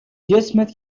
جسمت